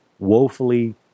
woefully